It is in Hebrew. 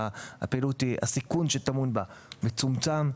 והסיכון שטמון בה מצומצם.